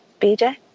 BJ